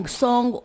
song